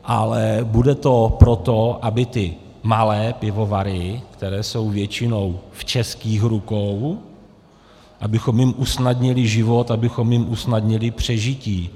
Ale bude to proto, aby malé pivovary, které jsou většinou v českých rukou, abychom jim usnadnili život, abychom jim usnadnili přežití.